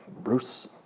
Bruce